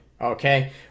okay